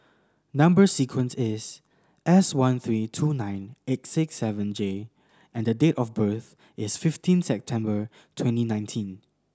number sequence is S one three two nine eight six seven J and date of birth is fifteen September twenty nineteen